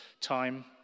time